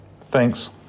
Thanks